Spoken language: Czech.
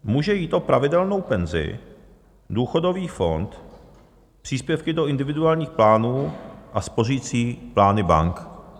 Může jít o pravidelnou penzi, důchodový fond, příspěvky do individuálních plánů a spořicí plány bank.